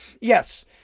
Yes